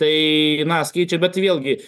tai na skaičiai bet vėlgi